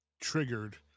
triggered